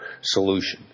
solution